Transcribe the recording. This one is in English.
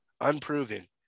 unproven